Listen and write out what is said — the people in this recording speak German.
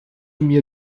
mir